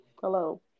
hello